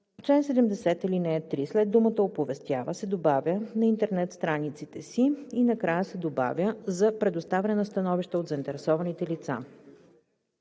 В чл. 70, ал. 3 след думата „оповестява“ се „добавя на интернет страниците си“ и накрая се добавя „за предоставяне на становища от заинтересованите лица“.“